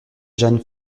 jane